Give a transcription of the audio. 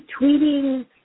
tweeting